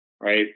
right